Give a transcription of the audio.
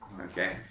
okay